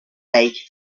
lake